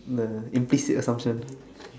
the implicit or some sense